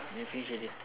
ya finish already